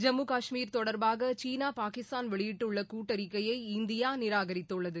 ஜம்மு காஷ்மீர் தொடர்பாக சீனா பாகிஸ்தான் வெளியிட்டுள்ள கூட்டறிக்கையை இந்தியா நிராகரித்துள்ளது